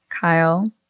kyle